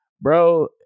Bro